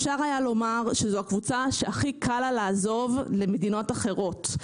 אפשר היה לומר שזו הקבוצה שהכי קל לה לעזוב למדינות אחרות,